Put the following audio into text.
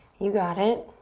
you got it.